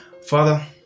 Father